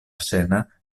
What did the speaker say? scena